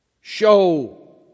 show